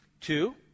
Two